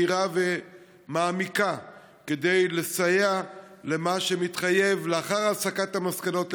מהירה ומעמיקה כדי לסייע במה שמתחייב לאחר הסקת המסקנות,